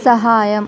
సహాయం